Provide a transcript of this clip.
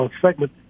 segment